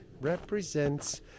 represents